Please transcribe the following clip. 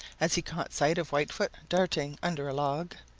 as he caught sight of whitefoot darting under a log.